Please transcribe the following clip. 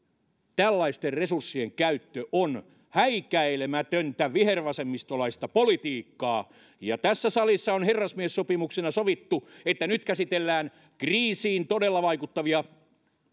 tällaisten resurssien käyttö on häikäilemätöntä vihervasemmistolaista politiikkaa tässä salissa on herrasmiessopimuksena sovittu että nyt käsitellään kriisiin todella vaikuttavia